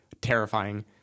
terrifying